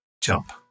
jump